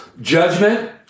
judgment